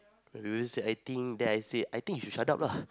when people say I think then I say I think you should shut up ah